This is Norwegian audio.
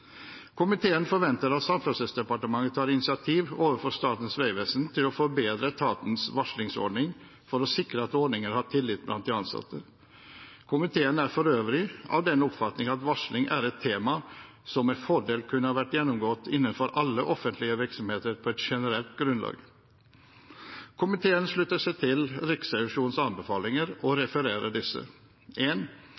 Komiteen forventer at Samferdselsdepartementet tar initiativ overfor Statens vegvesen til å forbedre etatens varslingsordning for å sikre at ordningen har tillit blant de ansatte. Komiteen er for øvrig av den oppfatning at varsling er et tema som med fordel kunne ha vært gjennomgått innenfor alle offentlige virksomheter på et generelt grunnlag. Komiteen slutter seg til Riksrevisjonens anbefalinger,